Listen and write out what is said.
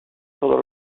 pendant